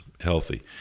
healthy